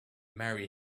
mary